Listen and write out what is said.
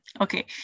okay